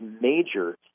major